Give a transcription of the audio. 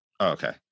Okay